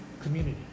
community